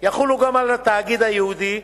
יחולו גם על התאגיד הייעודי,